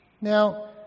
Now